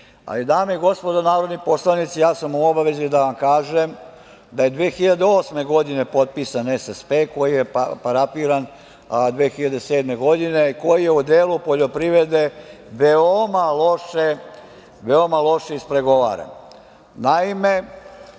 budžetu. Dame i gospodo narodni poslanici, ja sam u obavezi da vam kažem da je 2008. godine potpisan SSP, koji je parafiran 2007. godine, a koji je u delu poljoprivrede veoma loše ispregovaran.